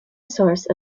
source